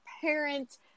parent